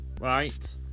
right